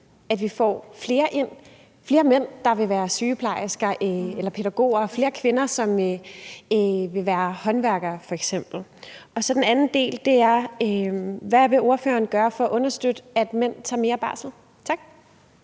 at der er flere mænd, der vil være sygeplejersker eller pædagoger, og flere kvinder, som f.eks. vil være håndværkere? Den anden del er: Hvad vil ordføreren gøre for at understøtte, at mænd tager mere barsel? Tak.